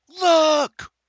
look